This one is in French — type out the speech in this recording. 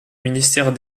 ministère